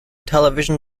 television